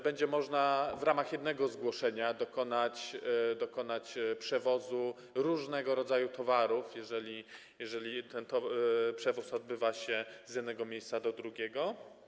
Będzie można w ramach jednego zgłoszenia dokonać przewozu różnego rodzaju towarów, jeżeli ten przewóz odbywa się z jednego miejsca do drugiego.